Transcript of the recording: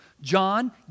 John